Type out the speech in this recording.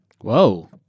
Whoa